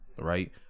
Right